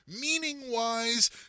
meaning-wise